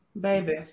baby